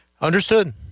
Understood